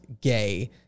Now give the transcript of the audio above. gay